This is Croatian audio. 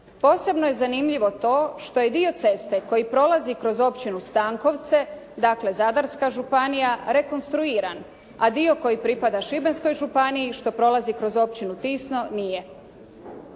Posebno je zanimljivo to što je dio ceste koji prolazi kroz općinu Stankovce, dakle Zadarska županija rekonstruiran a dio koji pripada Šibenskoj županiji što prolazi kroz općinu Tisno nije.